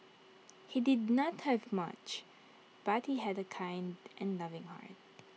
he did not have much but he had A kind and loving heart